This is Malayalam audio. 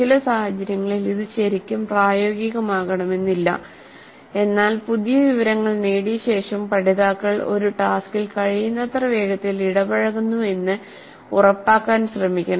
ചില സാഹചര്യങ്ങളിൽ ഇത് ശരിക്കും പ്രായോഗികമാകണമെന്നില്ല എന്നാൽ പുതിയ വിവരങ്ങൾ നേടിയ ശേഷം പഠിതാക്കൾ ഒരു ടാസ്കിൽ കഴിയുന്നത്ര വേഗത്തിൽ ഇടപഴകുന്നുവെന്ന് ഉറപ്പാക്കാൻ ശ്രമിക്കണം